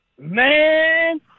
man